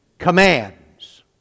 Commands